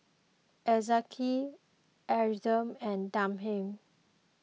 Ezekiel Adria and Damian